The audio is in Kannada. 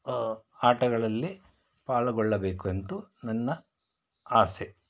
ಆಟಗಳಲ್ಲಿ ಪಾಲುಗೊಳ್ಳಬೇಕೆಂದು ನನ್ನ ಆಸೆ